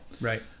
right